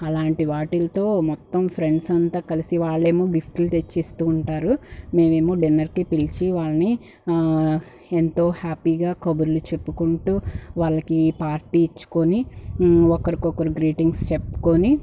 అలాంటి వాటిల్తో మొత్తం ఫ్రెండ్స్ అంతా కలిసి వాళ్ళేమో గిఫ్ట్లు తెచ్చిస్తూ ఉంటారు మేమేమో డిన్నర్కి పిల్చి వాల్ని ఎంతో హ్యాపీగా కబుర్లు చెప్పుకుంటూ వాళ్ళకి పార్టీ ఇచ్చుకొని ఒకరికొకరు గ్రీటింగ్స్ చెప్పుకొని